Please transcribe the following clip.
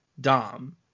Dom